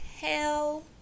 hell